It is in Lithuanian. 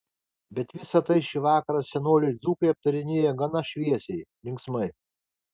bet visa tai šį vakarą senoliai dzūkai aptarinėja gana šviesiai linksmai